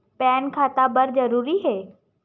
Pan खाता बर जरूरी हे?